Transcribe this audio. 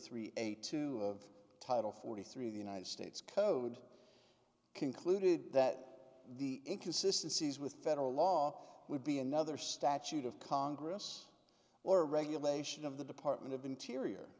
three eight two of title forty three of the united states code concluded that the inconsistency is with federal law would be another statute of congress or regulation of the department of interior